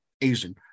asian